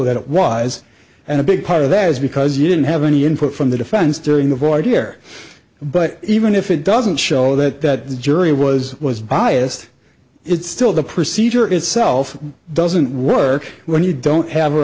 it was a big part of that is because you didn't have any input from the defense during the voyage here but even if it doesn't show that the jury was was biased it's still the procedure itself doesn't work when you don't have a